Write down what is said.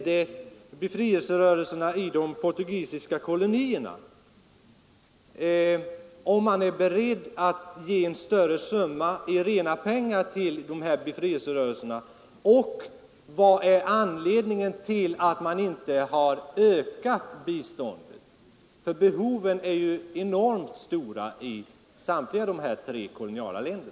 Dessa gällde om man är beredd att ge en större summa i rena pengar till befrielserörelserna i de portugisiska kolonierna samt anledningen till att man inte har ökat biståndet. Behoven är ju enorma i samtliga dessa tre koloniala länder.